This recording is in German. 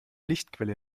lichtquelle